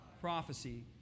prophecy